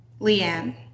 Leanne